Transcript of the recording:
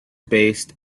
based